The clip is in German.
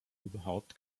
überhaupt